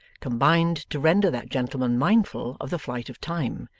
combined to render that gentleman mindful of the flight of time,